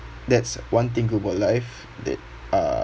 that's one thing good about life that uh